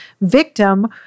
victim